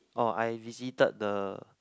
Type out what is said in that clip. oh I visited the